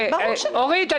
אורית,